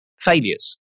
failures